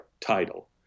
title